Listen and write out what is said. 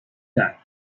that